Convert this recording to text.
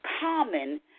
common